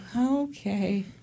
Okay